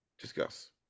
Discuss